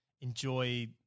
enjoy